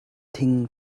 thing